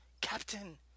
Captain